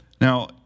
Now